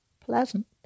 pleasant